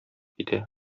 китә